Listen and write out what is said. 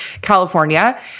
California